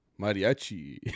mariachi